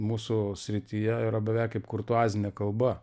mūsų srityje yra beveik kaip kurtuazinė kalba